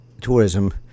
tourism